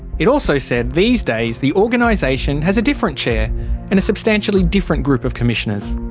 it also said these days the organisation has a different chair and a substantially different group of commissioners.